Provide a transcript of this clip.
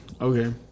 okay